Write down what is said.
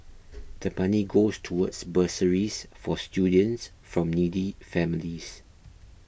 the money goes towards bursaries for students from needy families